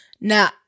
now